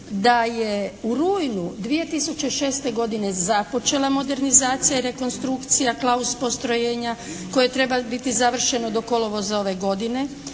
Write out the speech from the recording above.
da je u rujnu 2006. godine započela modernizacija i rekonstrukcija klaus postrojenja koje treba biti završeno do kolovoza ove godine